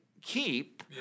keep